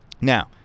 Now